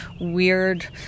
weird